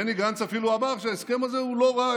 בני גנץ אפילו אמר שההסכם הזה הוא לא רע,